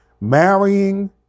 marrying